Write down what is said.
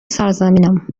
سرزمینم